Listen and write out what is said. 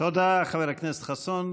תודה לחבר הכנסת חסון.